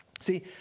See